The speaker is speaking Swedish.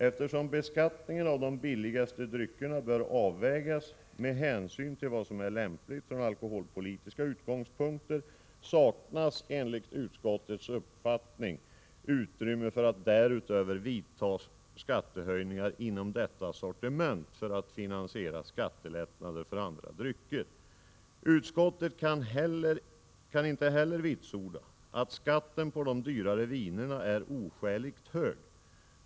Eftersom beskattningen av de billigaste dryckerna bör avvägas med hänsyn till vad som är lämpligt från alkoholpolitiska utgångspunkter saknas enligt utskottets uppfattning utrymme för att därutöver vidta skattehöjningar inom detta sortiment för att finansiera skattelättnader för andra drycker. Utskottet kan inte heller vitsorda att skatten på de dyrare vinerna är oskäligt hög.